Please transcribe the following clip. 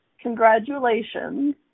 congratulations